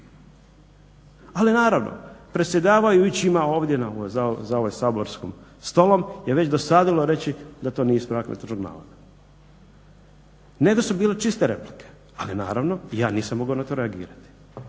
Ali naravno predsjedavajućima ovdje ovima za ovim saborskim stolom je dosadilo reći da to nije ispravak netočnog navoda. … su bile čiste replike, ali naravno ja nisam na to mogao reagirati,